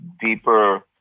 deeper